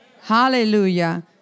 Hallelujah